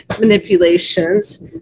manipulations